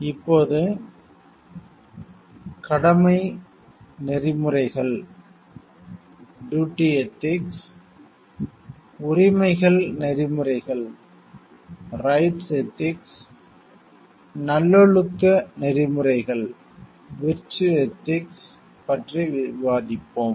இப்போது கடமை நெறிமுறைகள் டூட்டி எதிக்ஸ் உரிமைகள் நெறிமுறைகள் ரைட்ஸ் எதிக்ஸ் நல்லொழுக்க நெறிமுறைகள் விர்ட்சு எதிக்ஸ் பற்றி விவாதிப்போம்